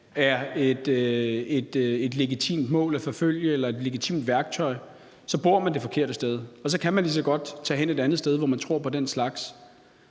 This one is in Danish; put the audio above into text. er et legitimt mål at forfølge eller et legitimt værktøj, så bor man det forkerte sted, og så kan man lige så godt tage hen et andet sted, hvor folk tror på den slags.